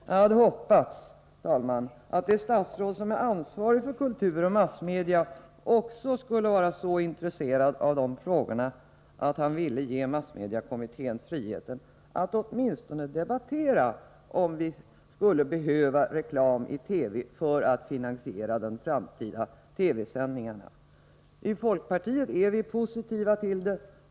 Jag hade hoppats, herr talman, att det statsråd som har ansvaret för kultur och massmedia också skulle vara så intresserad av dessa frågor att han ville ge massmediekommittén friheten att åtminstone debattera om vi skulle behöva reklam i TV för ätt finansiera de framtida TV-sändningarna. I folkpartiet är vi positiva till detta.